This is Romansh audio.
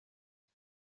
per